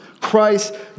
Christ